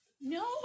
No